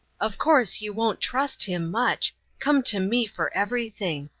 of course you won't trust him much come to me for everything.